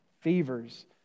fevers